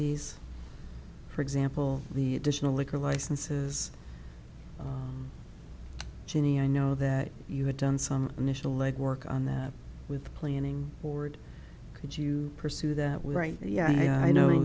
these for example the additional liquor licenses jenny i know that you have done some initial legwork on that with the planning board could you pursue that we write yeah i know